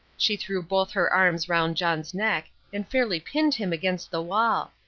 she threw both her arms round john's neck and fairly pinned him against the wall.